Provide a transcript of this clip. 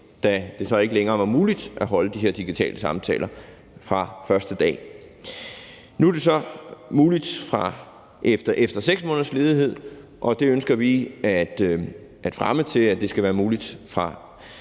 da det så ikke længere var muligt at afholde de her digitale samtaler fra første dag. Nu er det så muligt efter 6 måneders ledighed, og det ønsker vi at fremrykke, således at det bliver muligt fra